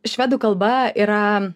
švedų kalba yra